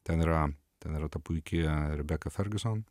ten yra ten yra ta puiki rebeka fegison